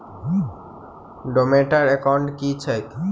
Dormant account की छैक?